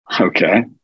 Okay